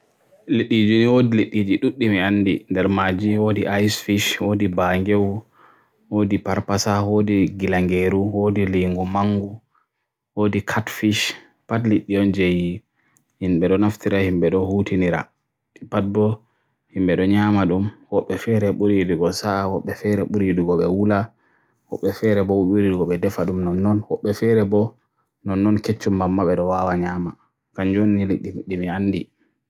Liɗɗi ni no feere feere e leydi, e ɓe jogi ɓernde laawol. Kesum leydi ndiyam rewɓe ɓe eɓɓi e ndiyam suudu, ɗe e ndero ɓe jogi tilapia, kaasawol, kaafuru, trooti, baas, paayki, perch, buluugiil, waleeyi e stoorgo. E ndiyam mbuddi, ɓe woodi kesum ɗiɗi tuuna, maakerel, saardine, saalmon, koodo, snaaper, guruupoo, halibut, sowrdfiish e maarlin. Kesum suudu, waɗi waɗiɗo e akwaryum fuu, ɓe jogi gupi, anjelfiish, teetra, beeta, mooli, plaati, diskus e zeebra daaniyo. Kesum boneeji ɓe jogi lafinta e laawol, no ɓe woodi kaŋgal fere, kaŋgal goɗɗo, mantare, stiŋgire, kaŋgal mawɗo e kaŋgal tiigar. Kesum fere-fere ɗiɗi eelu, sihors, klaunfiish, goobi, barakuuda, flawnder e anshoovi. Kala kesum ɗiɗi jogi laawol makko e nder leydi, tee ɓe naatnata e jammaaji ɓen.